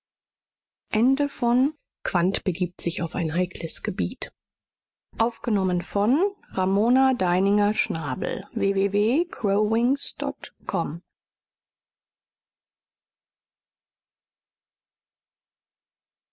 begibt sich auf ein heikles gebiet